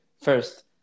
first